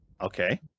Okay